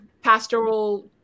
pastoral